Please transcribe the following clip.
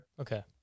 Okay